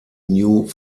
new